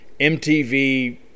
MTV